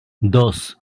dos